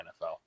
NFL